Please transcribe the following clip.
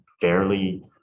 fairly